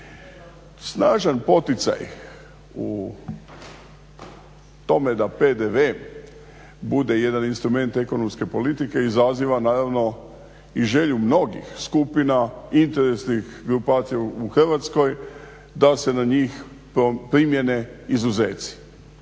Snažan poticaj u tome da PDV bude jedan instrument ekonomske politike izaziva naravno i želju mnogih skupina, interesnih grupacija u Hrvatskoj da se na njih primjene izuzeci.